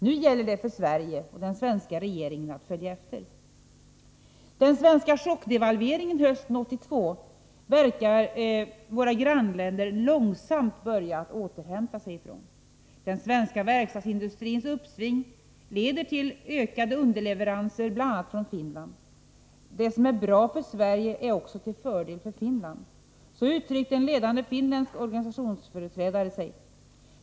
Nu gäller det för Sverige och den svenska regeringen att följa efter. Våra grannländer verkar långsamt börja att återhämta sig från den svenska chockdevalveringen hösten 1982. Den svenska verkstadsindustrins uppsving leder till ökade underleveranser bl.a. från Finland. Det som är bra för Sverige är också till fördel för Finland — så uttryckte sig en ledande finländsk organisationsföreträdare.